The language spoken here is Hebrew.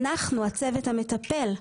אנחנו הצוות המטפל.